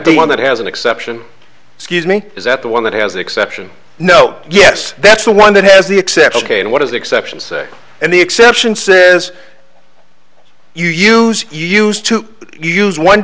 the one that has an exception excuse me is that the one that has an exception no yes that's the one that has the accept ok and what does the exception say and the exception says you use used to use one